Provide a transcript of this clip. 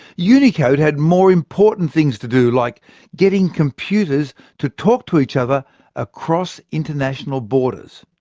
unicode had more important things to do, like getting computers to talk to each other across international borders.